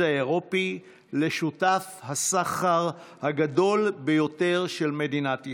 האירופי לשותף הסחר הגדול ביותר של מדינת ישראל,